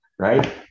right